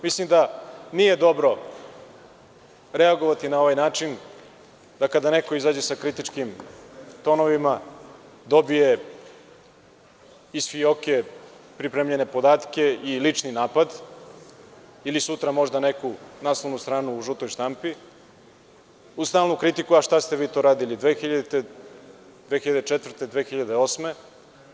Mislim da nije dobro reagovati na ovaj način da kada neko izađe sa kritičkim tonovima dobije iz fijoke pripremljene podatke i lični napad ili sutra možda neku naslovnu stranu u žutoj štampi, uz stalnu kritiku – a šta ste vi to radili 2000, 2004, 2008. godine?